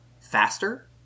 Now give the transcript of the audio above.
faster